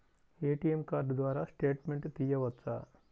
ATM card ద్వారా statement తీయవచ్చా?